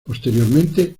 posteriormente